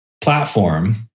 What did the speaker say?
platform